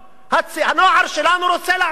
הנוער שלנו רוצה לעבוד,